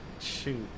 shoot